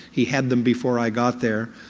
he had them before i got there.